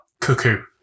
Cuckoo